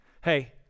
hey